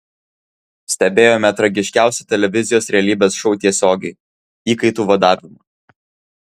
stebėjome tragiškiausią televizijos realybės šou tiesiogiai įkaitų vadavimą